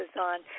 on